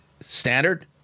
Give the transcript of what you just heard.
standard